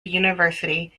university